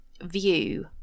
view